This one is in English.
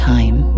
Time